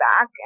back